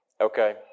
Okay